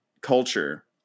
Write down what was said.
culture